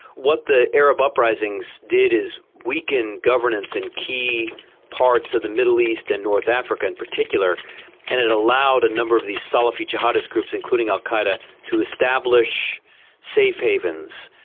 what the arab uprisings did is weaken governance in key parts of the middle east and north africa in particular and it allowed a number of these salafi-jihadist groups, including al qaeda, to establish safe havens,